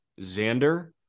Xander